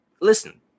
listen